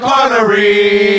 Connery